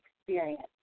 experience